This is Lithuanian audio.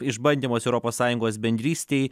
išbandymas europos sąjungos bendrystei